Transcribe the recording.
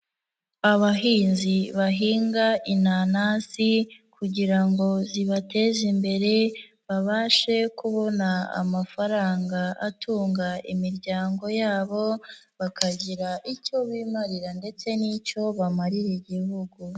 Abahinzi bahinga inanasi, kugira ngo zibateze imbere, babashe kubona amafaranga atunga imiryango yabo, bakagira icyo bimarira ndetse n'icyo bamarira igihugu.